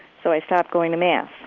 so i stopped going to mass